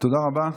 תודה רבה.